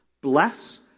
Bless